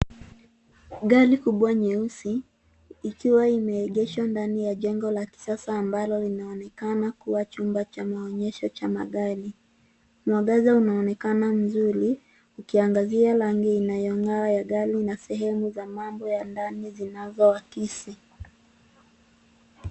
Gari kubwa nyeusi ikiwa imeegeshwa ndani ya jengo la kisasa ambalo linaonekana kua chumba cha maonyesho cha magari. Mwangaza unaonekana mzuri, ukiangazia rangi inayong'aa ya gari na sehemu ya mambo ya ndani zinazoakisi.